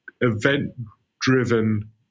event-driven